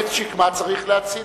עץ שקמה צריך להציל,